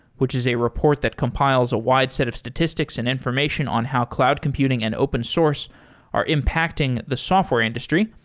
which is a report that compiles a wide set of statistics and information on how cloud computing and open source are impacting the software industry,